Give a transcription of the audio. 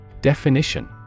Definition